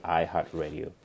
iHeartRadio